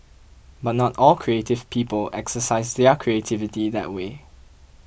but not all creative people exercise their creativity that way